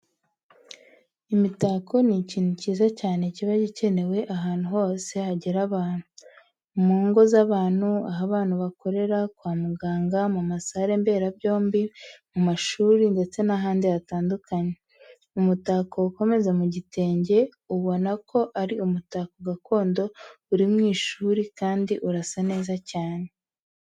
Imitako ni ikintu cyiza cyane kiba gikenewe ahantu hose hagera abantu, mu ngo zabantu, aho abantu bakorera, kwa muganga, muma sale mberabyombi, muma shuri, ndetse nahandi hatandukanye. Umutako ukomeze mu gitenge ubona ko ari umutako gakondo, uri mu ishuri kandi urasa neza cyane.